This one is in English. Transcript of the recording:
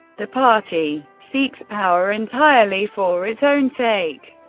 the party seeks power entirely for its own sake.